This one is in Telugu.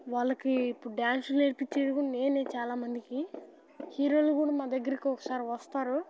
వాళ్ళకి ఇప్పుడు డ్యాన్స్ నేర్పించేది కూడా నేనే చాలామందికి హీరోలు కూడా మా దగ్గరకి ఒకసారి వస్తారు